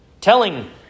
telling